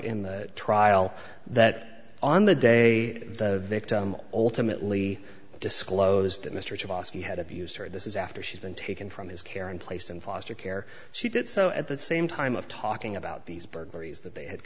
in the trial that on the day the victim ultimately disclosed that mr tomasky had abused her this is after she's been taken from his care and placed in foster care she did so at that same time of talking about these burglaries that they had